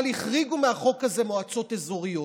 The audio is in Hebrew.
אבל החריגו מהחוק הזה מועצות אזוריות,